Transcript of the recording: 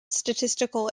statistical